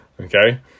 Okay